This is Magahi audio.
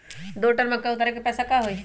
दो टन मक्का उतारे के पैसा का होई?